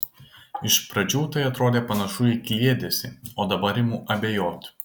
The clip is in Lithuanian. iš pradžių tai atrodė panašu į kliedesį o dabar imu abejot